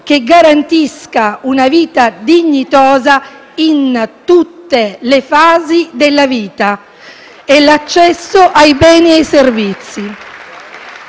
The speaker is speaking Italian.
che garantisca una vita dignitosa in tutte le fasi della vita e l'accesso a beni e servizi».